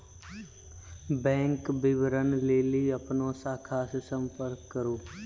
bank विबरण लेली अपनो शाखा से संपर्क करो